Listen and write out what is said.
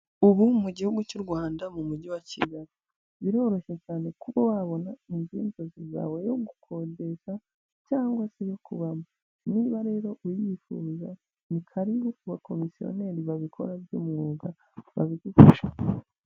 Ubu mu gihugu cy'u Rwanda mu Mujyi wa Kigali biroroshye cyane kuba wabon inzu y'inzozi zawe yo gukodeza cyangwa se yo kubamo, niba rero uyifuza ni karibu ku bakomisiyoneri babikora by'umwuga babigufasha.